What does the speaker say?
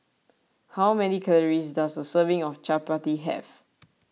how many calories does a serving of Chapati have